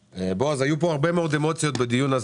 בועז, היו פה הרבה מאוד אמוציות בדיון,